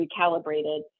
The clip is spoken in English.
recalibrated